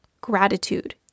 gratitude